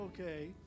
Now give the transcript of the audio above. okay